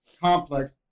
complex